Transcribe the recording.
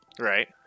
Right